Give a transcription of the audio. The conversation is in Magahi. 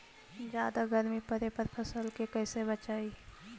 जादा गर्मी पड़े पर फसल के कैसे बचाई?